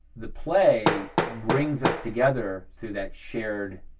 the play brings us together through that shared